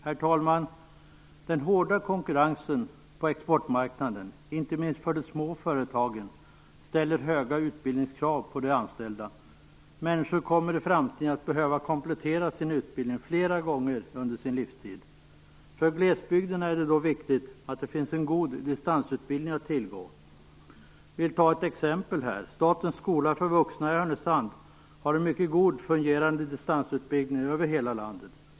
Herr talman! Den hårda konkurrensen på exportmarknaden, inte minst för de små företagen, ställer höga utbildningskrav på de anställda. Människor kommer i framtiden att behöva komplettera sin utbildning flera gånger under sin livstid. För glesbygden är det då viktigt att det finns en god distansutbildning att tillgå. Jag vill här ta ett exempel. Statens skola för vuxna i Härnösand har en mycket god fungerande distansutbildning över hela landet.